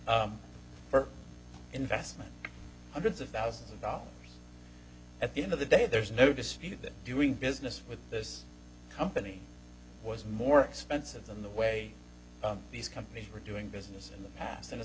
investment hundreds of thousands of dollars at the end of the day there's no dispute that doing business with this company was more expensive than the way these companies were doing business in the past and as